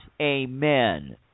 amen